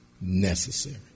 necessary